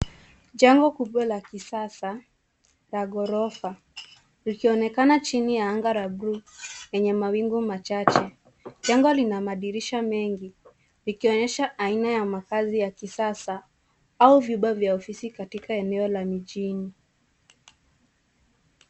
Jengo kubwa la kisasa la ghorofa likionekana chini ya anga ya bluu yenye mawingu machache .Jengo lina madirisha mengi likionyesha aina ya makazi ya kisasa au vyumba vya ofisi katika eneo la mjini.